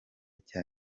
cya